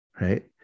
right